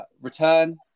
Return